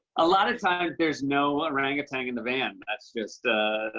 a lot of times there's no orangutan in the van. that's just